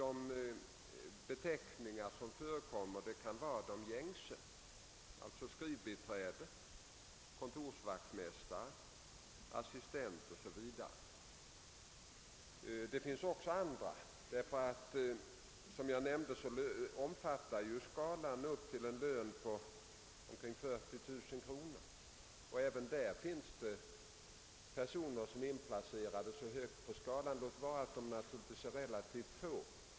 De beteckningar som används är ofta de gängse — alltså skrivbiträde, kontorsvaktmästare, assistent o.s.v. — men även andra beteckningar förekommer. Som jag nämnde kan arkivarbetarnas löner gå upp till ca 40 000 kr., låt vara att de arkivarbetare som är placerade så högt på den statliga löneskalan, är relativt få.